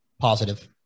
positive